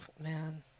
man